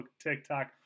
TikTok